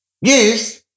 Yes